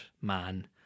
man